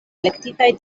elektitaj